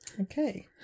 okay